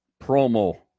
promo